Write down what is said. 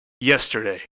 yesterday